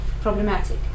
problematic